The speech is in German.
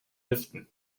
lüften